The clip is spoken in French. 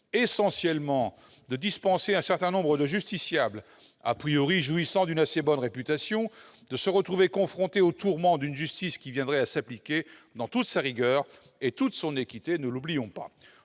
essentiellement dispenser un certain nombre de justiciables jouissant d'une assez bonne réputation de se retrouver confrontés aux tourments d'une justice qui viendrait à s'appliquer dans toute sa rigueur et, ne l'oublions pas,